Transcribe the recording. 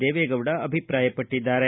ದೇವೆಗೌಡ ಅಭಿಪ್ರಾಯಪಟ್ಟಿದ್ದಾರೆ